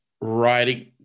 writing